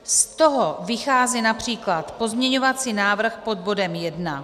Z toho vychází například pozměňovací návrh pod bodem 1.